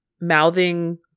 mouthing